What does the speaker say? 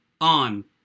on